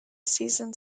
season